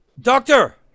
Doctor